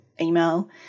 email